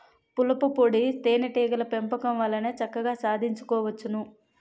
పూలపుప్పొడి తేనే టీగల పెంపకం వల్లనే చక్కగా సాధించుకోవచ్చును